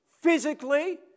physically